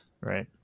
Right